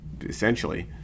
essentially